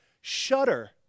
shudder